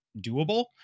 doable